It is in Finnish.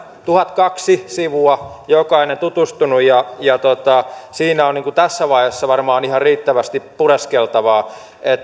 tuhatkaksi sivua joihin kai jokainen on tutustunut ja ja siinä on tässä vaiheessa varmaan ihan riittävästi pureskeltavaa